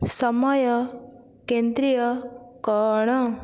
ସମୟ କେନ୍ଦ୍ରୀୟ କ'ଣ